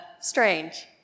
strange